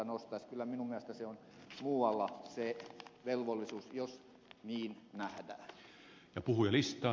kyllä minun mielestäni se on muualla se velvollisuus jos niin nähdään